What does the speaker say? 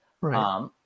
Right